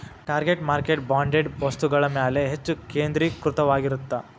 target market branded ವಸ್ತುಗಳ ಮ್ಯಾಲೆ ಹೆಚ್ಚ್ ಕೇಂದ್ರೇಕೃತವಾಗಿರತ್ತ